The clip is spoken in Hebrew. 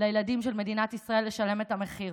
לילדים של מדינת ישראל לשלם את המחיר,